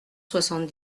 soixante